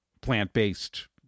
plant-based